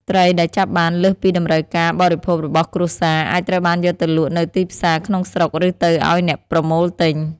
ត្រីដែលចាប់បានលើសពីតម្រូវការបរិភោគរបស់គ្រួសារ អាចត្រូវបានយកទៅលក់នៅទីផ្សារក្នុងស្រុក ឬទៅឲ្យអ្នកប្រមូលទិញ។